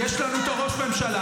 יש לנו אותו ראש ממשלה.